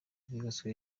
ryubatse